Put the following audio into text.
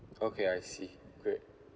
okay I see great